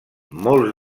molts